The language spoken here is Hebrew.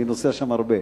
אני נוסע שם הרבה,